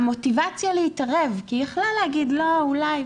והמוטיבציה להתערב, כי היא יכלה להגיד 'לא, אולי',